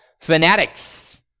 Fanatics